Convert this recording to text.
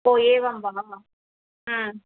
ओ एवं वा